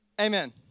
amen